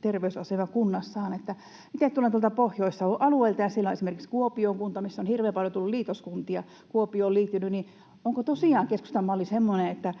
terveysasema kunnassa. Itse tulen tuolta Pohjois-Savon alueelta, ja siellä on esimerkiksi Kuopion kunta, missä on hirveän paljon kuntia Kuopioon liittynyt. Onko tosiaan keskustan malli semmoinen, että